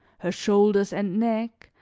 her shoulders and neck,